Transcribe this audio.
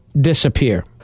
disappear